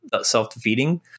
self-defeating